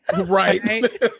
Right